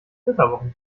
flitterwochen